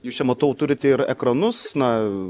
jūs čia matau turit ir ekranus na